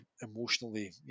emotionally